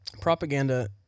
Propaganda